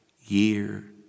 Year